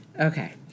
Okay